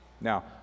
now